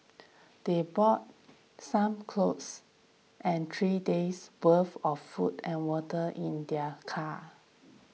they brought some clothes and three days worth of food and water in their car